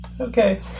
Okay